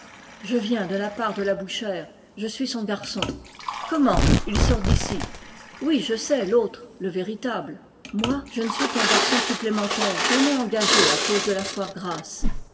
je viens de la part de la bouchère je suis son garçon comment il sort d'ici oui je sais l'autre le véritable moi je ne suis qu un garçon supplémentaire qu'on a engagé à cause de la foire grasse